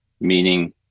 meaning